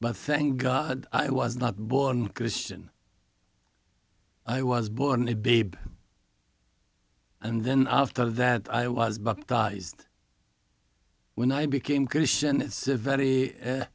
but thank god i was not born christian i was born a babe and then after that i was baptized when i became